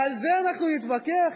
על זה אנחנו נתווכח,